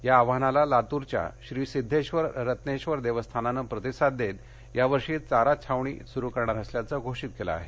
या आवाहनाला लातूरच्या श्री सिद्धेधर रत्नेधर देवस्थानानं प्रतिसाद देत यावर्षी चारा छावणी सुरू करणार असल्याच घोषित केल आहे